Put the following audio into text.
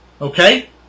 Okay